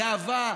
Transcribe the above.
גאווה.